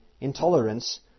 intolerance